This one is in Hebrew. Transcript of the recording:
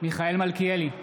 מיכאל מלכיאלי,